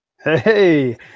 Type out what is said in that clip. Hey